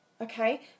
Okay